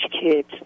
kids